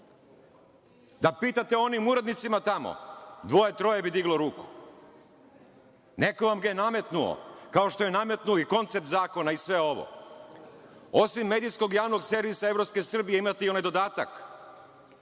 Da pitate one urednike tamo, dvoje, troje bi diglo ruku. Neko vam ga je nametnuo, kao što je nametnuo i koncept zakona i sve ovo. Osim medijskog javnog servisa evropske Srbije imate i onaj dodatak